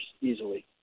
easily